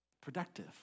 productive